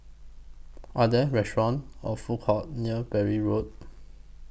Are There restaurants Or Food Courts near Bury Road